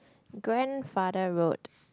grandfather road